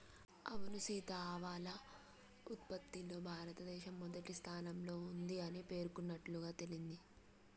అవును సీత ఆవాల ఉత్పత్తిలో భారతదేశం మొదటి స్థానంలో ఉంది అని పేర్కొన్నట్లుగా తెలింది